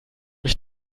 mich